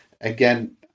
again